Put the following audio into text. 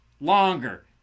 longer